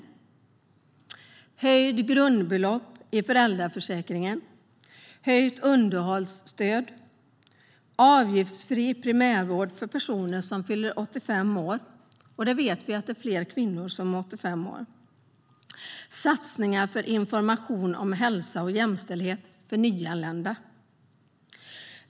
Det blir höjt grundbelopp i föräldraförsäkringen, höjt underhållsstöd, avgiftsfri primärvård för personer som fyllt 85 år. Vi vet att det är fler kvinnor än män som är över 85 år. Man gör satsningar på information om hälsa och jämställdhet för nyanlända.